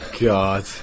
God